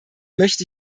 möchte